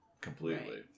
completely